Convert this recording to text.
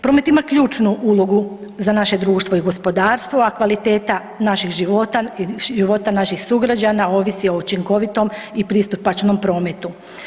Promet ima ključnu ulogu za naše društvo i gospodarstvo, a kvaliteta našeg života i života naših sugrađana ovisi o učinkovitom i pristupačnom prometu.